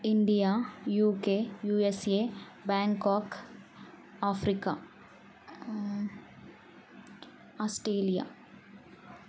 India UK USA Bangkok Africa Australia